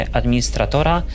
administratora